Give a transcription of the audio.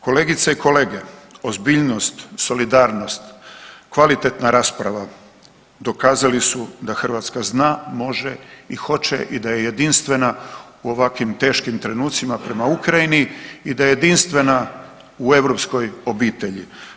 Kolegice i kolege, ozbiljnost, solidarnost, kvalitetna rasprava, dokazali su da Hrvatska zna, može i hoće i da je jedinstvena u ovakvim teškim trenucima prema Ukrajini i da je jedinstvena u europskoj obitelji.